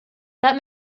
that